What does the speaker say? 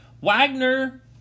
Wagner